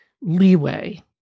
leeway